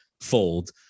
fold